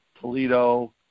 Toledo